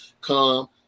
come